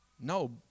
No